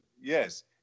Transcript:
yes